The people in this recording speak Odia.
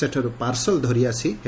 ସେଠାରୁ ପାର୍ସଲ ଧରି ଆସି ହେବ